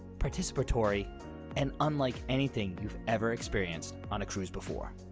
participatory and unlike anything you've ever experienced on a cruise before.